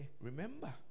Remember